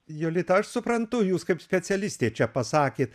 jolita aš suprantu jūs kaip specialistė čia pasakėt